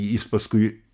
jis paskui